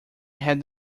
had